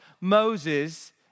Moses